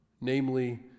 namely